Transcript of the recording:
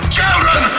children